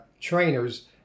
trainers